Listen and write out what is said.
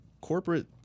corporate